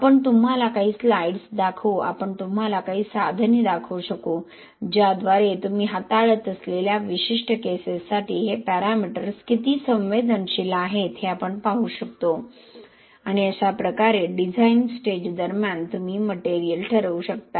आपण तुम्हाला काही स्लाइड्स दाखवू आपण तुम्हाला काही साधने दाखवू शकू ज्याद्वारे तुम्ही हाताळत असलेल्या विशिष्ट केसेससाठी हे पॅरामीटर्स किती संवेदनशील आहेत हे आपण पाहू शकतो आणि अशा प्रकारे डिझाईन स्टेज दरम्यान तुम्ही मटेरिअल ठरवू शकता